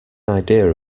idea